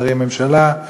שרי ממשלה,